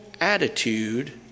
attitude